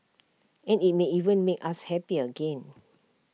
and IT may even make us happy again